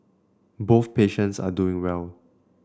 both patients are doing well